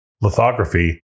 lithography